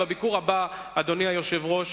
אדוני היושב-ראש,